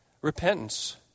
repentance